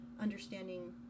understanding